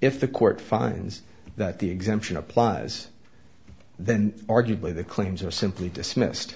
if the court finds that the exemption applies then arguably the claims are simply dismissed